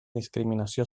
discriminació